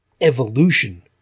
evolution